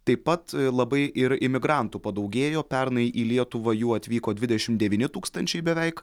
taip pat labai ir imigrantų padaugėjo pernai į lietuvą jų atvyko dvidešim devyni tūkstančiai beveik